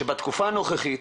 שבתקופה הנוכחית,